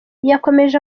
yakomeje